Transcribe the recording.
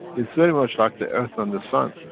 it's very much like the earth and the sun.